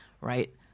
right